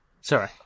Sorry